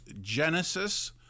Genesis